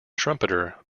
trumpeter